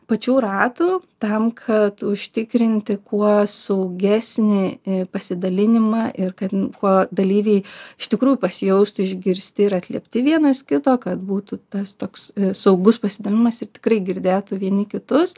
pačių ratų tam kad užtikrinti kuo saugesnį pasidalinimą ir kad kuo dalyviai iš tikrųjų pasijaustų išgirsti ir atliepti vienas kito kad būtų tas toks saugus pasidavimas ir tikrai girdėtų vieni kitus